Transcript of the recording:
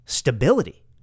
Stability